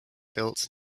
built